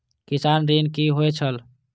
किसान ऋण की होय छल?